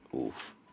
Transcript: Oof